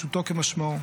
פשוטו כמשמעו.